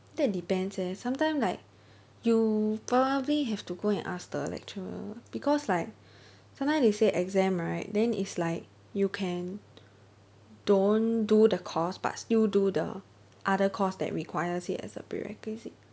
that depends eh sometimes like you probably have to go and ask the lecturer because like sometimes they say exempt right then is like you can don't do the course but still do the other course that requires it as a prerequisite